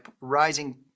rising